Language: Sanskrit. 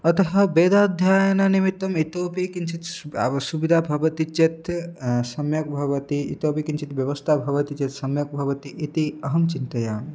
अतः वेदाध्यायननिमित्तम् इतोऽपि किञ्चित् स्स्ब सुविधा भवति चेत् सम्यग्भवति इतोऽपि किञ्चित् व्यवस्था भवति चेत् सम्यक् भवति इति अहं चिन्तयामि